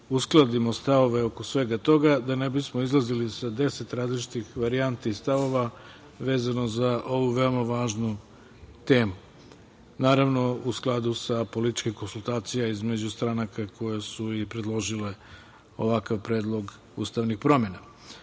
uskladimo stavove oko svega toga, da ne bismo izlazili sa 10 različitih varijanti i stavova vezano za veoma ovu važnu temu, naravno u skladu sa političkim konsultacijama između stranaka koje su i predložile ovakav predlog ustavnih promena. Želim